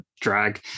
drag